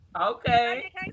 okay